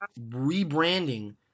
rebranding